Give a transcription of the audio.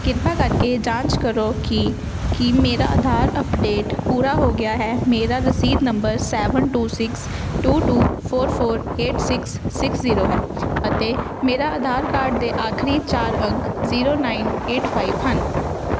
ਕ੍ਰਿਪਾ ਕਰਕੇ ਜਾਂਚ ਕਰੋ ਕਿ ਕੀ ਮੇਰਾ ਆਧਾਰ ਅੱਪਡੇਟ ਪੂਰਾ ਹੋ ਗਿਆ ਹੈ ਮੇਰਾ ਰਸੀਦ number seven two six two two four four eight six six zero ਹੈ ਅਤੇ ਮੇਰੇ ਆਧਾਰ ਕਾਰਡ ਦੇ ਆਖਰੀ ਚਾਰ ਅੰਕ ਜ਼ੀਰੋ ਨਾਈਨ ਏਟ ਫਾਈਵ ਹਨ